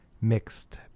mixed